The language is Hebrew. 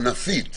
ענפית,